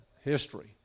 history